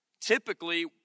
Typically